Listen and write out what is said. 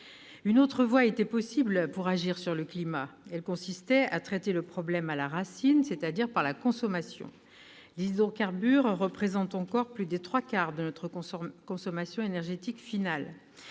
Une autre voie était possible pour agir sur le climat. Elle consistait à traiter le problème à la racine, c'est-à-dire par la consommation. Les hydrocarbures représentent encore plus des trois quarts de notre consommation énergétique finale.